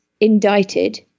indicted